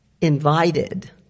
Invited